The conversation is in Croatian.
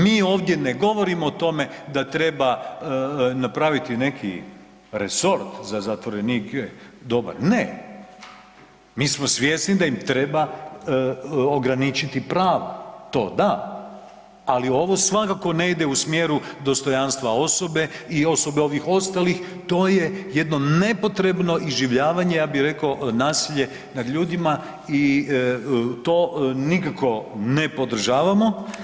Mi ovdje ne govorimo o tome da treba napraviti neki resort za zatvorenike dobar, ne, mi smo svjesni da im treba ograničiti pravo, to da, ali ovo svakako ne ide u smjeru dostojanstva osobe i osobe ovih ostalih, to je jedno nepotrebno iživljavanje, ja bi reko nasilje nad ljudima i to nikako ne podržavamo.